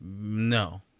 No